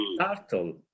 turtle